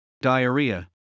diarrhea